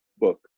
book